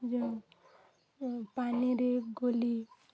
ଯେଉଁ ପାଣିରେ ଗୋଲି